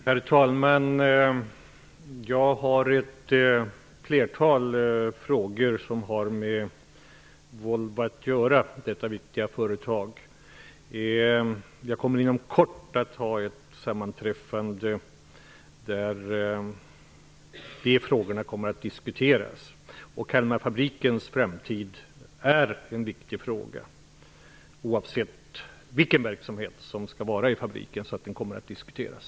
Herr talman! Jag har ett flertal frågor som har med Volvo att göra -- detta viktiga företag. Jag kommer inom kort att ha ett sammanträffande där de frågorna kommer att diskuteras. Kalmarfabrikens framtid är en viktig fråga, oavsett vilken verksamhet som skall bedrivas vid fabriken. Den kommer att diskuteras.